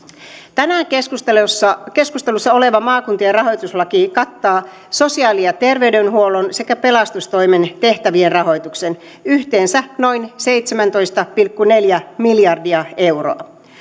tänään keskustelussa keskustelussa oleva maakuntien rahoituslaki kattaa sosiaali ja terveydenhuollon sekä pelastustoimen tehtävien rahoituksen yhteensä noin seitsemäntoista pilkku neljä miljardia euroa